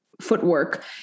footwork